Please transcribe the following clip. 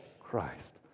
Christ